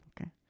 Okay